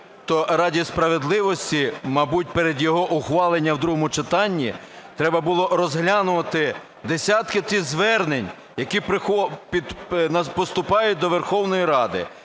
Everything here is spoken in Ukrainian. ради справедливості, мабуть перед його ухваленням в другому читанні, треба було розглянути десятки тих звернень. Які поступають до Верховної Ради